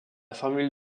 formule